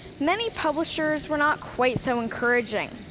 many publishers were not quite so encouraging.